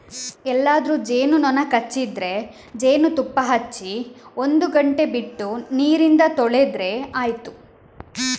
ಎಲ್ಲಾದ್ರೂ ಜೇನು ನೊಣ ಕಚ್ಚಿದ್ರೆ ಜೇನುತುಪ್ಪ ಹಚ್ಚಿ ಒಂದು ಗಂಟೆ ಬಿಟ್ಟು ನೀರಿಂದ ತೊಳೆದ್ರೆ ಆಯ್ತು